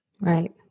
Right